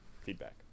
feedback